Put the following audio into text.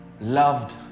loved